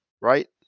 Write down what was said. Right